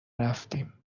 رفتیم